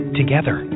together